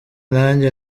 nanjye